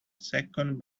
second